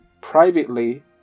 privately